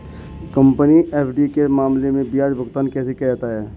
Company FD के मामले में ब्याज भुगतान कैसे किया जाता है?